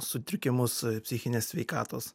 sutrikimus psichinės sveikatos